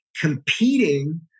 competing